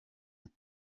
yabo